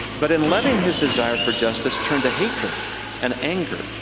but in letting his desire for justice turn to hatred and anger,